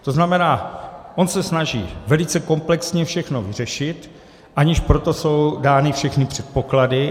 To znamená, on se snaží velice komplexně všechno vyřešit, aniž pro to jsou dány všechny předpoklady.